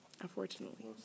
Unfortunately